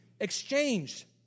exchange